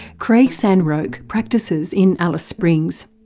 craig san roque practices in alice springs.